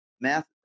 math